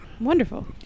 Wonderful